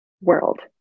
world